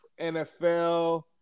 NFL